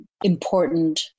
important